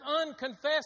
unconfessed